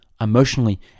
emotionally